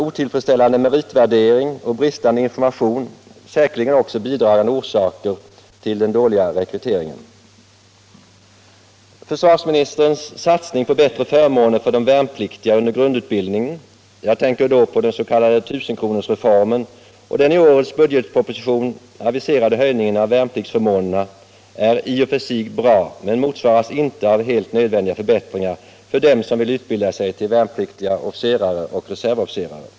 Otillfredsställande meritvärdering och bristande information är säkerligen också bidragande orsaker till den dåliga rekryteringen. Försvarsministerns satsning på bättre förmåner för de värnpliktiga under grundutbildningen — jag tänker då på den s.k. 1 000-kronorsreformen och den i årets budgetproposition aviserade höjningen av värnpliktsförmånerna — är i och för sig bra men motsvaras inte av helt nödvändiga förbättringar för dem som vill utbilda sig till värnpliktiga officerare och reservofficerare.